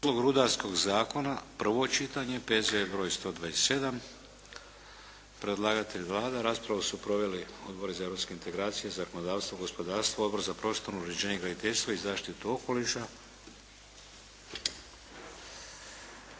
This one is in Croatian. Prijedlog rudarskog zakona, prvo čitanje, P.Z.E. br. 127. Predlagatelj je Vlada Republike Hrvatske. Raspravu su proveli Odbori za europske integracije, zakonodavstvo, gospodarstvo, Odbor za prostorno uređenje, graditeljstva i zaštite okoliša.